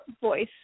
voice